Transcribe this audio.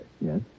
Yes